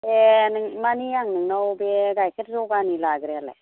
ए नों माने आं नोंनाव बे गाइखेर जगालि लाग्रायालाय